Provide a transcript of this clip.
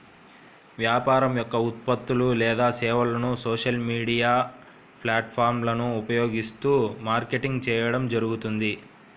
వ్యాపారం యొక్క ఉత్పత్తులు లేదా సేవలను సోషల్ మీడియా ప్లాట్ఫారమ్లను ఉపయోగిస్తూ మార్కెటింగ్ చేయడం జరుగుతుంది